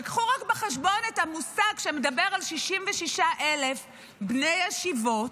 וקחו בחשבון את המושג שמדבר על 66,000 בני ישיבות,